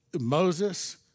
Moses